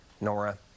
Nora